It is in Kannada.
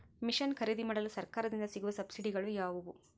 ಮಿಷನ್ ಖರೇದಿಮಾಡಲು ಸರಕಾರದಿಂದ ಸಿಗುವ ಸಬ್ಸಿಡಿಗಳು ಯಾವುವು?